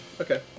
Okay